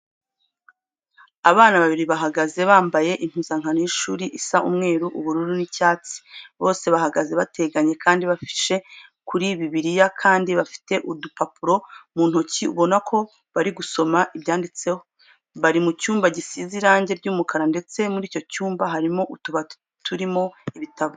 Abana babiri bahagaze bambaye impuzankano y'ishuri isa umweru, ubururu n'icyatsi. Bose bahagaze bateganye kandi bafishe kuri Bibiriya kandi bafite udupapuro mu ntoki ubona ko bari gusoma ibyanditseho. Bari mu cyumba gisize irange ry'umukara ndetse muri icyo cyumba harimo utubati turimo ibitabo.